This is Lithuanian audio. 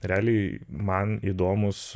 realiai man įdomūs